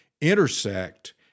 intersect